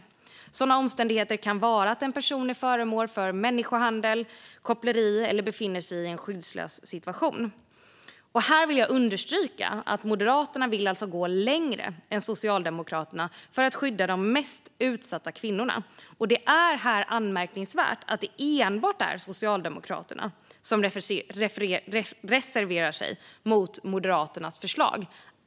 Sådana omständigheter kan vara att en person är föremål för människohandel eller koppleri eller befinner sig i en skyddslös situation. Här vill jag understryka att Moderaterna alltså vill gå längre än Socialdemokraterna för att skydda de mest utsatta kvinnorna. Det är anmärkningsvärt att det enbart är Socialdemokraterna som reserverar sig mot Moderaternas förslag.